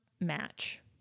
match